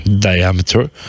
diameter